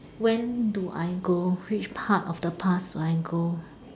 when do I go which part of the past I go